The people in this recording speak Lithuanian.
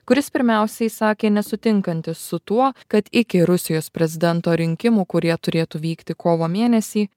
kuris pirmiausiai sakė nesutinkantis su tuo kad iki rusijos prezidento rinkimų kurie turėtų vykti kovo mėnesį